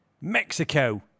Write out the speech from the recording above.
Mexico